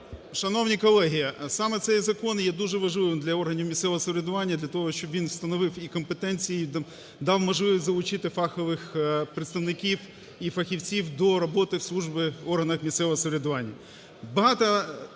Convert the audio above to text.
Шановні колеги! Саме цей закон є дуже важливий для органів місцевого самоврядування для того, щоб він встановив і компетенцію, і дав можливість залучити фахових представників і фахівців до роботи в службі в органах місцевого самоврядування.